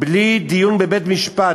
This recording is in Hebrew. בלי דיון בבית-משפט.